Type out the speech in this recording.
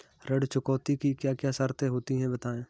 ऋण चुकौती की क्या क्या शर्तें होती हैं बताएँ?